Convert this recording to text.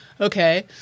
okay